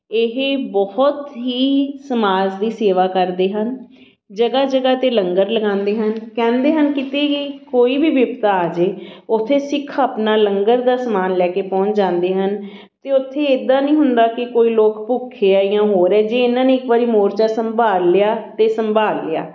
ਇਹ ਬਹੁਤ ਹੀ ਸਮਾਜ ਦੀ ਸੇਵਾ ਕਰਦੇ ਹਨ ਜਗ੍ਹਾ ਜਗ੍ਹਾ 'ਤੇ ਲੰਗਰ ਲਗਾਉਂਦੇ ਹਨ ਕਹਿੰਦੇ ਹਨ ਕਿਤੇ ਵੀ ਕੋਈ ਵੀ ਬਿਪਤਾ ਆ ਜਾਵੇ ਉੱਥੇ ਸਿੱਖ ਆਪਣਾ ਲੰਗਰ ਦਾ ਸਮਾਨ ਲੈ ਕੇ ਪਹੁੰਚ ਜਾਂਦੇ ਹਨ ਅਤੇ ਉੱਥੇ ਇੱਦਾਂ ਨਹੀਂ ਹੁੰਦਾ ਕਿ ਕੋਈ ਲੋਕ ਭੁੱਖੇ ਆ ਜਾਂ ਹੋਰ ਹੈ ਜੇ ਇਹਨਾਂ ਨੇ ਇੱਕ ਵਾਰੀ ਮੋਰਚਾ ਸੰਭਾਲ ਲਿਆ ਤਾਂ ਸੰਭਾਲ ਲਿਆ